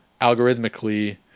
algorithmically